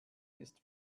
ist